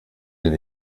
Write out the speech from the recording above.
den